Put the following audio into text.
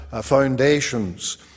foundations